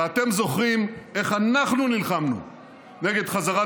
ואתם זוכרים איך אנחנו נלחמנו נגד חזרת